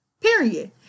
Period